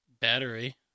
battery